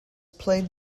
played